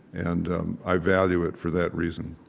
and i value it for that reason